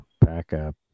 backup